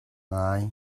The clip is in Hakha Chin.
ngai